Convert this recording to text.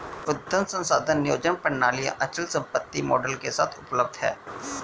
उद्यम संसाधन नियोजन प्रणालियाँ अचल संपत्ति मॉड्यूल के साथ उपलब्ध हैं